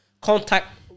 contact